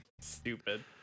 Stupid